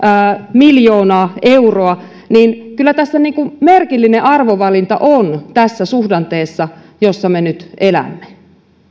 miljoonaa euroa niin kyllä tässä merkillinen arvovalinta on tässä suhdanteessa jossa me nyt elämme